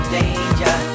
danger